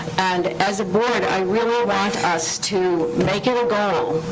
and as a board, i really want us to make it a goal